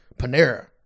Panera